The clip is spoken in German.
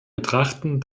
betrachten